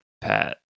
pat